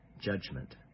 judgment